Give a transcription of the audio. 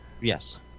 Yes